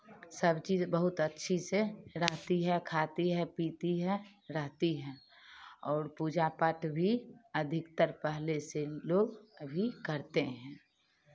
सब चीज़ बहुत अच्छी से रहती है खाती है पीती है रहती है और पूजा पाठ भी अधिकतर पहले से लोग अभी करते हैं